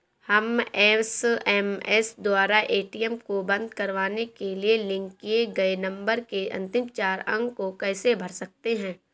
हम एस.एम.एस द्वारा ए.टी.एम को बंद करवाने के लिए लिंक किए गए नंबर के अंतिम चार अंक को कैसे भर सकते हैं?